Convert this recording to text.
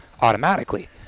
automatically